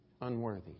unworthy